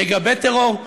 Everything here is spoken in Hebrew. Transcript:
מגבי טרור?